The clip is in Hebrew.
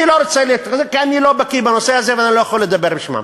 אני לא רוצה כי אני לא בקי בנושא הזה ואני לא יכול לדבר בשמם.